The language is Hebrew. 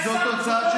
אדוני השר,